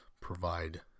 provide